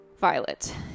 Violet